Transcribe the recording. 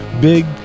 big